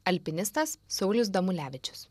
alpinistas saulius damulevičius